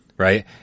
Right